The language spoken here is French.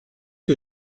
que